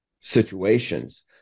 situations